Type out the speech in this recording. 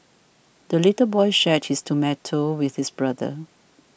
the little boy shared his tomato with his brother